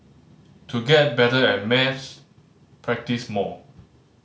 to get better at maths practise more